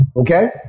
Okay